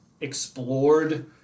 explored